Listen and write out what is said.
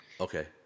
Okay